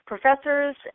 Professors